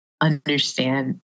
understand